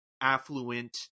affluent